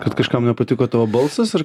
kad kažkam nepatiko tavo balsas ar